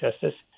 Justice